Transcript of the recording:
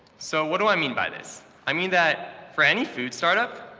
so what do i mean by this? i mean that for any food startup,